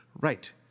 Right